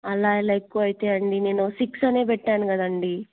అలా ఇలా ఎక్కువ అవుతాయి అండి నేను సిక్స్ అనే పెట్టాను కదండి